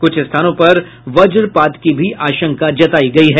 कुछ स्थानों पर वजपात की भी आशंका जतायी गयी है